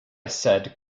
said